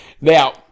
Now